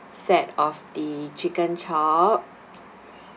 set of the chicken chop